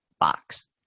box